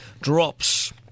drops